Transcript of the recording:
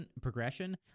progression